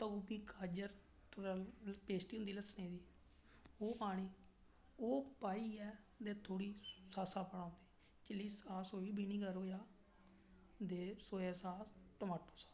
गोभी गाजर पेस्टी होंदी बनाई दी ओह् पानी ओह् पाइयै सोसा पाई ओड़दे चिल्ली सास होई बेनीगर होआ दे सोआ सास टमाटो सास